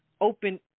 open